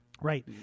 Right